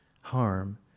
Harm